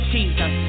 Jesus